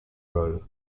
rho